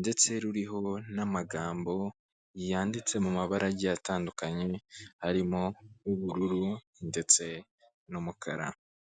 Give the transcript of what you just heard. ndetse ruriho n'amagambo yanditse mu mabara agiye atandukanye arimo ubururu ndetse n'umukara